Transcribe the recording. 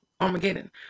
armageddon